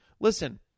Listen